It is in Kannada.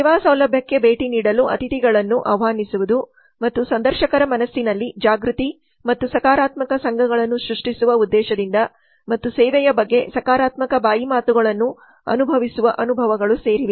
ಸೇವಾ ಸೌಲಭ್ಯಕ್ಕೆ ಭೇಟಿ ನೀಡಲು ಅತಿಥಿಗಳನ್ನು ಆಹ್ವಾನಿಸುವುದು ಮತ್ತು ಸಂದರ್ಶಕರ ಮನಸ್ಸಿನಲ್ಲಿ ಜಾಗೃತಿ ಮತ್ತು ಸಕಾರಾತ್ಮಕ ಸಂಘಗಳನ್ನು ಸೃಷ್ಟಿಸುವ ಉದ್ದೇಶದಿಂದ ಮತ್ತು ಸೇವೆಯ ಬಗ್ಗೆ ಸಕಾರಾತ್ಮಕ ಬಾಯಿ ಮಾತುಗಳನ್ನು ಅನುಭವಿಸುವ ಅನುಭವಗಳು ಸೇರಿವೆ